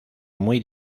muy